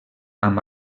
amb